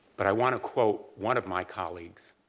but, i want to quote one of my colleagues.